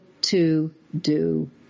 to-do